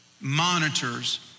monitors